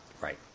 Right